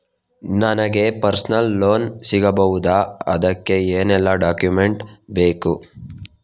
ನನಗೆ personal loan ಸಿಗಬಹುದ ಅದಕ್ಕೆ ಏನೆಲ್ಲ ಡಾಕ್ಯುಮೆಂಟ್ ಬೇಕು?